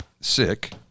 sick